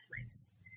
place